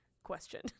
question